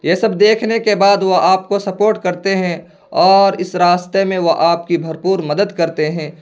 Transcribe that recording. یہ سب دیکھنے کے بعد وہ آپ کو سپورٹ کرتے ہیں اور اس راستے میں وہ آپ کی بھرپور مدد کرتے ہیں